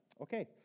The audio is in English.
Okay